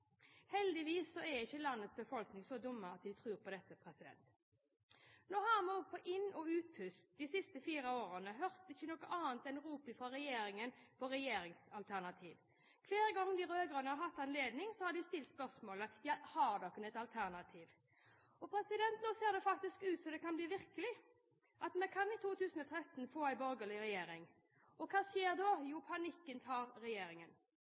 Heldigvis er ikke landets befolkning så dumme at de tror på dette. Nå har vi de siste fire årene på inn- og utpust ikke hørt noe annet enn rop på regjeringsalternativ fra regjeringen. Hver gang de rød-grønne har hatt anledning, har de stilt spørsmålet: Har dere et alternativ? Nå ser det faktisk ut som det kan bli virkelig, at vi i 2013 kan få en borgerlig regjering. Og hva skjer da? Jo, panikken tar regjeringen.